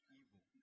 evil